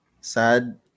sad